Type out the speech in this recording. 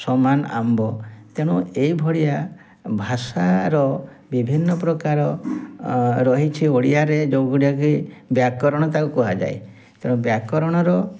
ସମାନ ଆମ୍ବ ତେଣୁ ଏଭଳିଆ ଭାଷାର ବିଭିନ୍ନ ପ୍ରକାର ରହିଛି ଓଡ଼ିଆରେ ଯେଉଁ ଗୁଡ଼ାକି ବ୍ୟାକରଣ ତାକୁ କୁହାଯାଏ ତେଣୁ ବ୍ୟାକରଣର